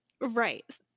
Right